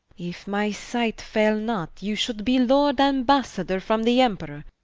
if my sight faile not, you should be lord ambassador from the emperor,